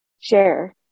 share